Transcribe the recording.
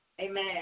Amen